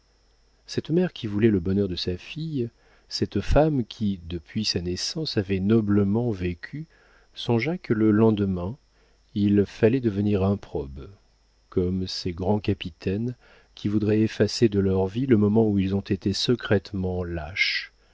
cette mère qui voulait le bonheur de sa fille cette femme qui depuis sa naissance avait noblement vécu songea que le lendemain il fallait devenir improbe comme ces grands capitaines qui voudraient effacer de leur vie le moment où ils ont été secrètement lâches